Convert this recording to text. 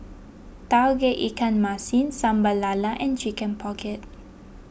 Tauge Ikan Masin Sambal Lala and Chicken Pocket